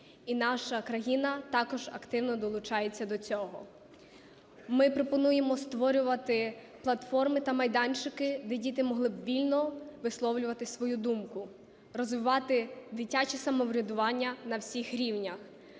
І наша країна також активно долучається до цього. Ми пропонуємо створювати платформи та майданчики, де діти могли б вільно висловлювати свою думку, розвивати дитяче самоврядування на всіх рівнях.